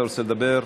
אתה רוצה לדבר?